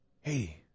Hey